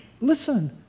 Listen